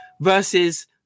versus